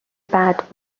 بعد